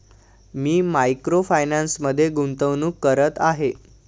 मी micro फायनान्समध्ये गुंतवणूक करत आहे